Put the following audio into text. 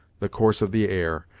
the course of the air,